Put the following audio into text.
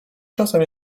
czasem